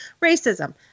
racism